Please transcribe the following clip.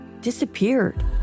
disappeared